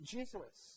Jesus